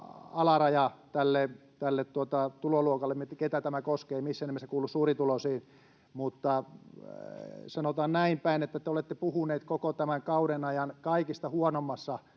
suinkaan se tuloluokka, ketä tämä alaraja koskee, missään nimessä kuulu suurituloisiin, mutta sanotaan näin päin, että te olette puhunut koko tämän kauden ajan kaikista huonoimmassa